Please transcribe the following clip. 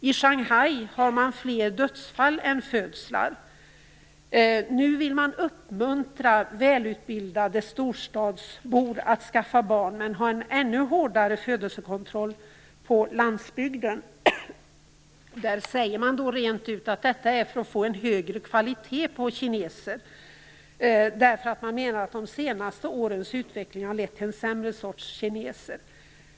I Shanghai har man fler dödsfall än födslar. Nu vill man uppmuntra välutbildade storstadsbor att skaffa barn men ha en ännu hårdare födelsekontroll på landsbygden. Man säger rent ut att detta är för att få en högre kvalitet på kineser. Man menar att de senaste årens utveckling har lett till en sämre sorts kineser.